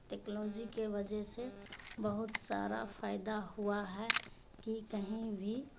technology کے وجہ سے بہت سارا فائدہ ہوا ہے کہ کہیں بھی